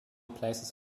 places